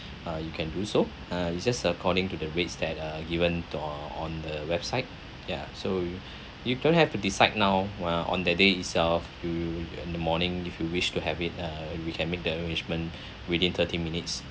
uh you can do so uh it's just according to the rates that are given uh on the website ya so you you don't have to decide now on that day itself you in the morning if you wish to have it uh we can make the arrangements within thirty minutes